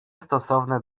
stosowne